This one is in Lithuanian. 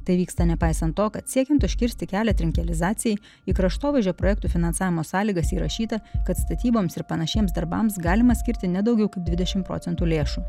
tai vyksta nepaisant to kad siekiant užkirsti kelią trinkelizacijai į kraštovaizdžio projektų finansavimo sąlygas įrašyta kad statyboms ir panašiems darbams galima skirti ne daugiau kaip dvidešim procentų lėšų